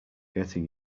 getting